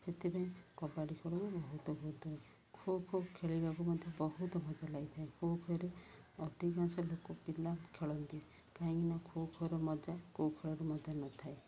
ସେଥିପାଇଁ କବାଡ଼ି ଖେଳକୁ ବହୁତ ଭଲ ଥାଏ ଖୋଖୋ ଖେଳିବାକୁ ମଧ୍ୟ ବହୁତ ମଜା ଲାଗିଥାଏ ଖୋଖୋରେ ଅଧିକାଂଶ ଲୋକ ପିଲା ଖେଳନ୍ତି କାହିଁକିନା ଖୋଖୋର ମଜା କେଉଁ ଖେଳରୁ ମଜା ନଥାଏ